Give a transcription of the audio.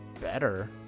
better